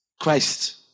christ